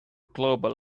global